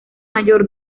mayor